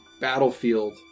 battlefield